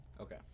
Okay